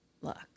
look